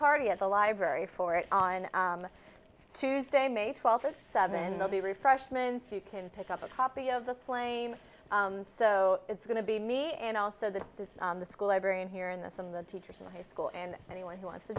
party at the library for it on the tuesday may twelfth of seven they'll be refreshments you can pick up a copy of the flame so it's going to be me and also that this is the school librarian here in the some of the teachers in high school and anyone who wants to